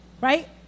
right